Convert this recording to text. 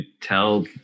tell